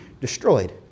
destroyed